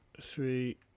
three